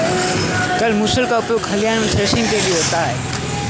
क्या मूसल का उपयोग खलिहान में थ्रेसिंग के लिए होता है?